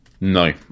No